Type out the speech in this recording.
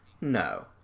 no